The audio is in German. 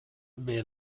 wer